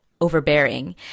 overbearing